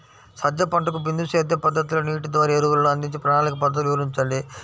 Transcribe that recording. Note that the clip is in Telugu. సజ్జ పంటకు బిందు సేద్య పద్ధతిలో నీటి ద్వారా ఎరువులను అందించే ప్రణాళిక పద్ధతులు వివరించండి?